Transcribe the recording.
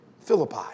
Philippi